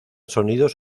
sonidos